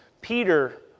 Peter